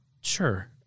Sure